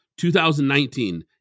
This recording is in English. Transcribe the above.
2019